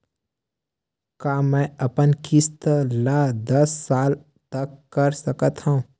का मैं अपन किस्त ला दस साल तक कर सकत हव?